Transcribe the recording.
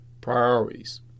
priorities